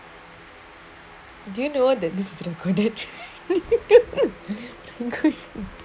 do you know that this student credit increased